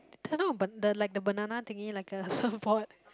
don't know but the like the banana thingy like a support